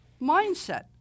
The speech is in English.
mindset